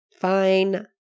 Fine